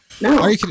No